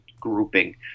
grouping